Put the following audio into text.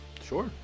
Sure